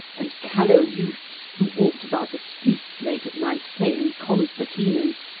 and callow youths who walked about the streets late at night, playing concertinas,